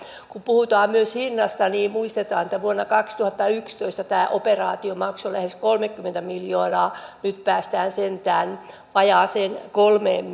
kun puhutaan myös hinnasta niin muistetaan että vuonna kaksituhattayksitoista tämä operaatio maksoi lähes kolmekymmentä miljoonaa nyt päästään sentään vajaaseen kolmeen